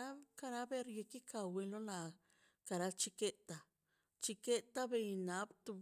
Nan kara bier kika buelo la kara chiketa chiketa bei inab to